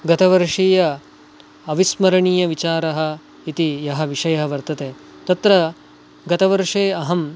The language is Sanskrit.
गतवर्षीय अविस्मरणीयविचारः इति यः विषयः वर्तते तत्र गतवर्षे अहम्